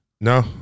No